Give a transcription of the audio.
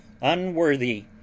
unworthy